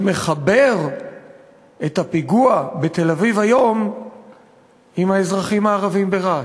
שמחבר את הפיגוע בתל-אביב היום עם האזרחים הערבים ברהט.